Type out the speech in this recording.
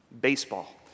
baseball